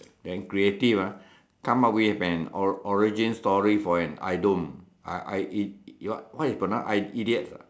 then creative ah come up with an or~ origin story for an idiom i~ i~ id~ what you pronounce idiots ah